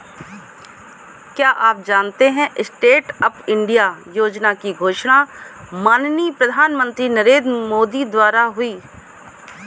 क्या आप जानते है स्टैंडअप इंडिया योजना की घोषणा माननीय प्रधानमंत्री नरेंद्र मोदी द्वारा हुई?